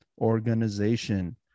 organization